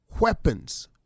weapons